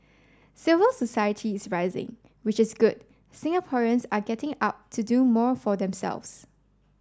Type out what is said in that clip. civil society is rising which is good Singaporeans are getting up to do more for themselves